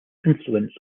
influence